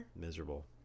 Miserable